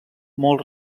molt